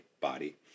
body